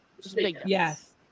Yes